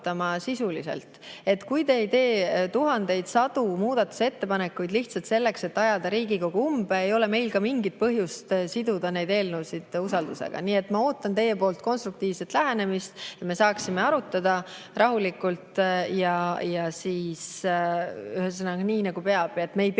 Kui te ei tee tuhandeid või sadu muudatusettepanekuid lihtsalt selleks, et ajada Riigikogu umbe, ei ole meil ka mingit põhjust siduda neid eelnõusid usaldushääletusega. Nii et ma ootan teie poolt konstruktiivset lähenemist, et me saaksime arutada rahulikult, ühesõnaga, nii nagu peab, et me ei peaks